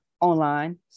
Online